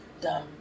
Dumb